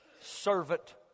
servant